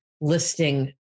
listing